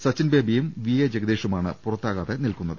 സച്ചിൻബേബിയും V A ജഗദീഷുമാണ് പുറത്താകാതെ നിൽക്കുന്നത്